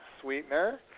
sweetener